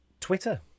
Twitter